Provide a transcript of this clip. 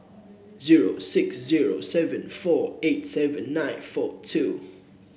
zero six zero seven four eight seven nine four two